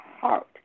heart